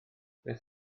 beth